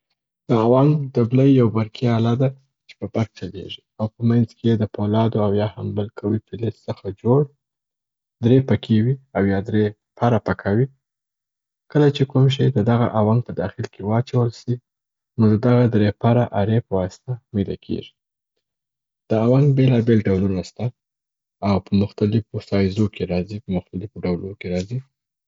د اونګ دبلي یو برقي اله ده چې په برق چلیږي او په منځ کې یې د پولادو او یا هم بل قوي پیلیز څخه جوړ درې پکې وي یا درې پره پکه وي. کله چې کوم شي د دغه اونګ په داخل کي واچول سي نو د دغه درې پره ارې په واسطه میده کیږي. د اونګ بیلابیل ډولونه سته او په مختلیفو سایزو کې راځي او په مختلیفو ډولو کې راځي.